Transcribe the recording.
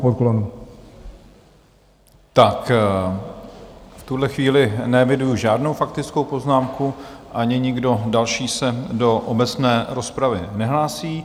V tuhle chvíli neeviduji žádnou faktickou poznámku, ani nikdo další se do obecné rozpravy nehlásí.